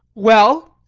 well?